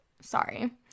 Sorry